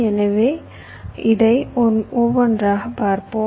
எனவே இதை ஒவ்வொன்றாக பார்ப்போம்